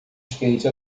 skate